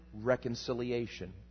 reconciliation